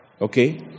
okay